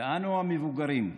ואנו, המבוגרים,